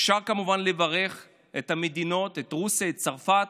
אפשר כמובן לברך את המדינות, את רוסיה, את צרפת,